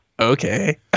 Okay